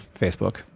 facebook